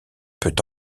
peut